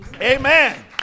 Amen